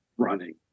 Running